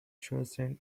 trusted